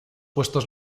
puestos